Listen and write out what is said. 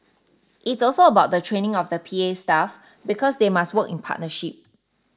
it's also about the training of the P A staff because they must work in partnership